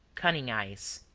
cunning eyes.